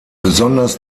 besonders